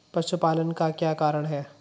पशुपालन का क्या कारण है?